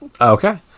Okay